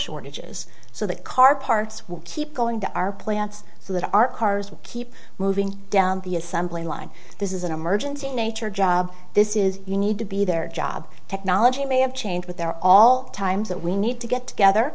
shortages so that car parts will keep going to our plants so that our cars will keep moving down the assembly line this is an emergency nature job this is you need to be their job technology may have changed with their all times that we need to get together